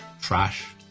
trash